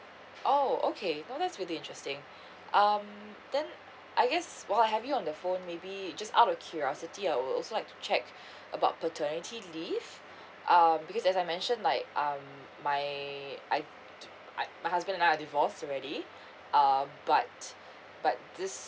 oh okay now that's really interesting um then I guess while I have you on the phone maybe just out of curiosity I would also like to check about paternity leave um because as I mentioned like um my I I my husband and I are divorced already uh but but this